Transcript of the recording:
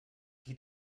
qui